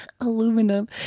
Aluminum